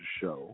show